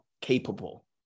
capable